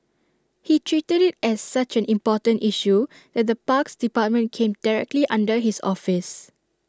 he treated IT as such an important issue that the parks department came directly under his office